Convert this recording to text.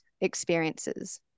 experiences